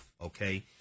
okay